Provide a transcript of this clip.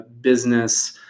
business